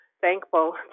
thankful